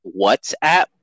WhatsApp